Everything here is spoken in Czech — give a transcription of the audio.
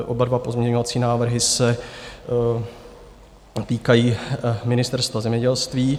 Oba pozměňovací návrhy se týkají Ministerstva zemědělství.